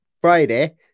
Friday